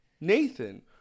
Nathan